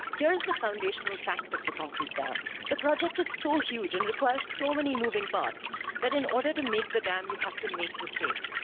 here's the foundational fact of the concrete dam. the project is so huge and requires so many moving parts that in order to make the dam you have to make the state.